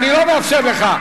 מאפשר לך.